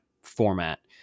format